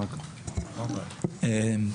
אני אהיה מאוד קצר,